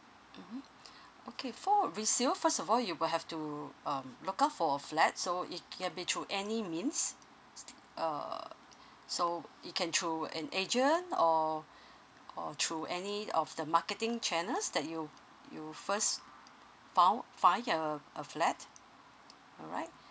mmhmm okay for resale first of all you will have to um look out for a flat so it can be through any means uh so it can through and agent or or through any of the marketing channels that you you first found find uh a flat alright